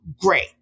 great